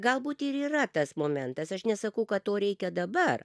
galbūt ir yra tas momentas aš nesakau kad to reikia dabar